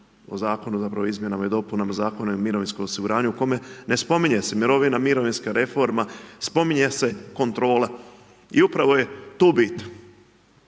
o Zakonu zapravo o izmjenama i dopunama Zakona o mirovinskom osiguranju u kome ne spominje se mirovina, mirovinska reforma. Spominje se kontrola. I upravo je tu bit.